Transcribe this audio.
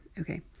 Okay